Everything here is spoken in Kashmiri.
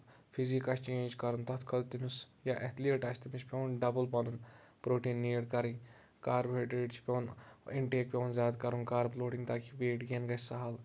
فِزیٖک آسہِ جینٛج کَرُن تَتھ خٲطرٕ تٔمِس یا ایتھلیٖٹ آسہِ تٔمِس چھُ پیوان ڈَبل پَنن پروٹین نیٖڈ کَرٕنۍ کاربوہائیڈریٹٔس چھِ پیوان انٹیک پیوان زیادٕ کرُن کارٕک لوڈِنٛگ تاکہِ ویٹ گین گژھِ سہل